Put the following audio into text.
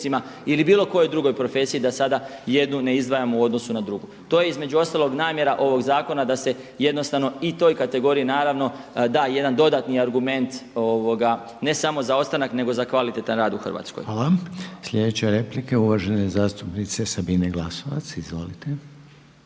ili bilo kojoj drugoj profesiji da sada jednu ne izdvajamo u odnosu na drugu. To je između ostalog namjera ovog zakona da se jednostavno i toj kategoriji naravno da jedan dodatni argument, ne samo za ostanak nego i za kvalitetan rad u Hrvatskoj. **Reiner, Željko (HDZ)** Hvala. Sljedeća replika je uvažene zastupnice Sabine Glasovac. Izvolite.